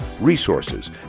resources